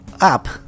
up